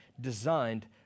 designed